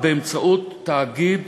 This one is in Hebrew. באמצעות תאגיד